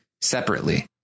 separately